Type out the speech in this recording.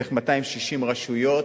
בערך 260 רשויות,